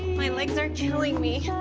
my legs are killing me